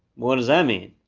what does that mean?